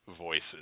voices